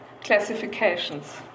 classifications